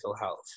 health